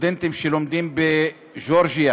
סטודנטים שלומדים בגיאורגיה